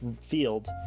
field